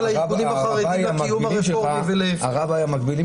הארגונים החרדיים לקיום הרפורמי --- הרבנים המקבילים